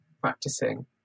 practicing